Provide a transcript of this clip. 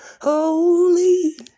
holy